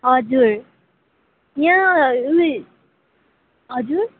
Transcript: हजुर यहाँ उयो हजुर